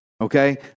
Okay